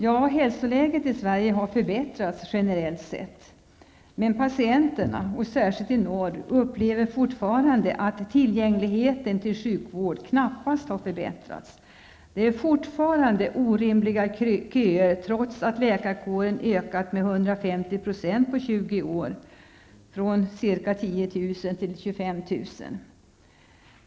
Ja, hälsoläget i Sverige har förbättrats generellt sätt. Men patienterna, särskilt i norr, upplever fortfarande att tillgängligheten till sjukvård knappast har förbättrats. Köerna är fortfarande orimliga, trots att läkarkåren har ökat med 150 % på 20 år från ca 10 000 till 25 000.